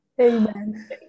Amen